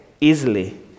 easily